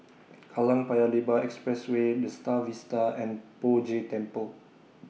Kallang Paya Lebar Expressway The STAR Vista and Poh Jay Temple